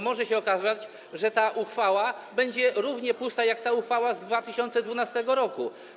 Może się okazać, że ta uchwała będzie równie pusta jak ta uchwała z 2012 r.